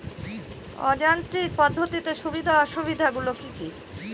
অযান্ত্রিক পদ্ধতির সুবিধা ও অসুবিধা গুলি কি কি?